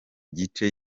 gice